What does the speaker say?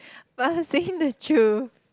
but I'm saying the truth